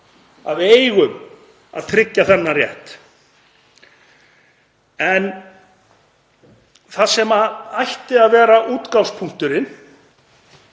Við eigum að tryggja þennan rétt. En það sem ætti að vera útgangspunkturinn